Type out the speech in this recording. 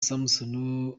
samson